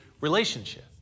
relationship